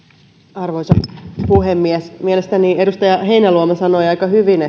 arvoisa puhemies mielestäni edustaja heinäluoma sanoi aika hyvin